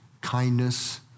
kindness